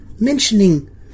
mentioning